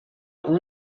اون